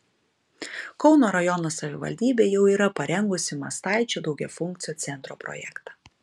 kauno rajono savivaldybė jau yra parengusi mastaičių daugiafunkcio centro projektą